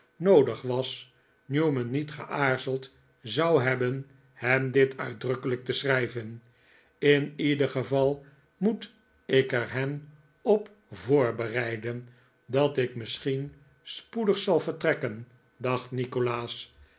noodig was newman niet geaarzeld zou hebben hem dit uitdrukkelijk te schrijven in ieder geval moet ik er hen op voorbereiden dat ik misschien spoedig zal vertrekken dacht nikolaas